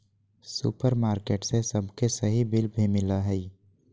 supermarket से सबके सही बिल भी मिला हइ